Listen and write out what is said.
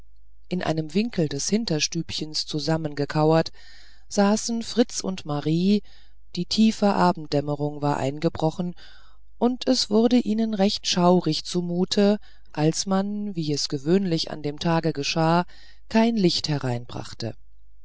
in einem winkel des hinterstübchens zusammengekauert saßen fritz und marie die tiefe abenddämmerung war eingebrochen und es wurde ihnen recht schaurig zumute als man wie es gewöhnlich an dem tage geschah kein licht